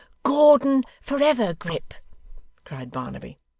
gordon for ever, grip cried barnaby.